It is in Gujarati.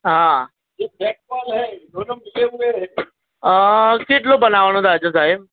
હા અં કેટલો બનાવવાનો થાય છે સાહેબ